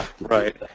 Right